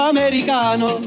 Americano